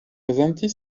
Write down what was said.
prezenti